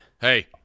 Hey